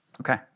Okay